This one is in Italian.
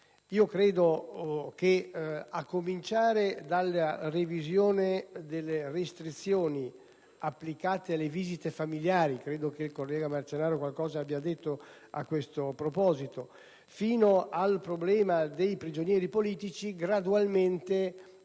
Credo che, a cominciare dalla revisione delle restrizioni applicate alle visite familiari - il collega Marcenaro qualche cosa ha detto a questo proposito - fino al problema dei prigionieri politici, gradualmente